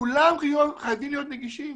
כולם יהיו חייבים להיות נגישים